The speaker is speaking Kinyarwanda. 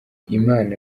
imana